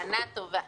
שנה טובה.